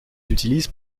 utilisent